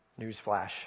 Newsflash